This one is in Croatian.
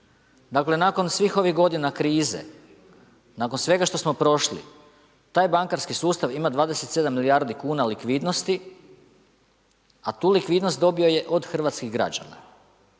Dakle nakon svih ovih godina krize, nakon svega što smo prošli taj bankarski sustav ima 27 milijardi kuna likvidnosti, a tu likvidnost dobio je od hrvatskih građana